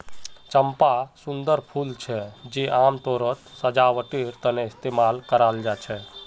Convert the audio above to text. चंपा सुंदर फूल छे जे आमतौरत सजावटेर तने इस्तेमाल कराल जा छे